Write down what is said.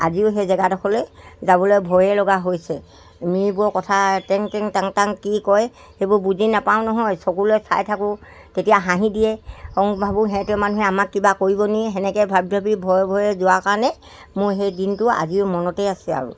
আজিও সেই জেগাডোখৰলৈ যাবলৈ ভয়ে লগা হৈছে মিৰিবোৰৰ কথা টেং টেং টং টেং কি কয় সেইবোৰ বুজি নাপাওঁ নহয় চকুলৈ চাই থাকোঁ তেতিয়া হাঁহি দিয়ে ভাবোঁ সিহঁতৰ মানুহে আমাক কিবা কৰিব নেকি সেনেকৈ ভাবি ভাবি ভয়ে ভয়ে যোৱাৰ কাৰণেই মোৰ সেই দিনটো আজিও মনতেই আছে আৰু